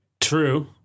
true